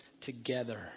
together